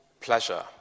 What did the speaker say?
pleasure